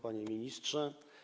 Panie Ministrze!